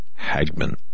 Hagman